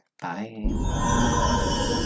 Bye